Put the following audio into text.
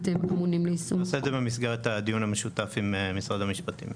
נעשה את זה במסגרת הדיון המשותף עם משרד המשפטים.